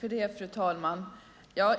Fru talman!